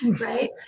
right